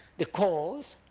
the cause,